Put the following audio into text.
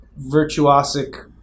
virtuosic